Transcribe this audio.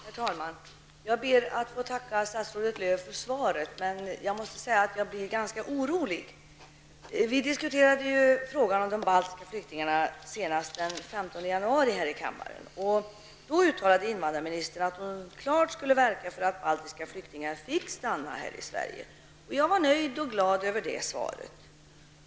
Herr talman! Jag ber att få tacka statsrådet Lööw för svaret. Jag blir emellertid ganska orolig. Vi diskuterade frågan om de baltiska flyktingarna senast den 15 januari här i kammaren. Då uttalade invandrarministern att hon klart skulle verka för att baltiska flyktingar får stanna i Sverige. Jag var nöjd och glad över det svaret.